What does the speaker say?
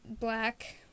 black